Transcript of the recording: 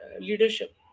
leadership